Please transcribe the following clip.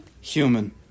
Human